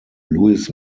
louis